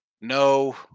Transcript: no